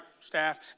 staff